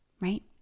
right